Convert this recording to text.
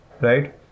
right